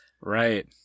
Right